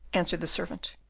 answered the servant,